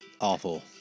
awful